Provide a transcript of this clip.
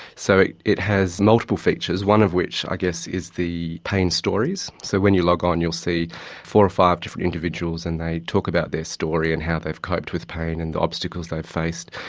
so it it has multiple features, one of which i guess is the pain stories. so when you log on you will see four or five different individuals and they talk about their story and how they've coped with pain and the obstacles they've faced.